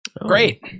Great